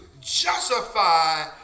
justify